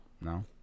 No